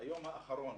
ביום האחרון